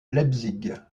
leipzig